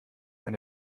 eine